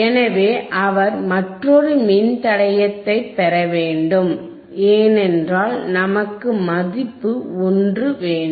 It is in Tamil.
எனவே அவர் மற்றொரு மின்தடையத்தைப் பெற வேண்டும் ஏனென்றால் நமக்கு மதிப்பு 1 வேண்டும்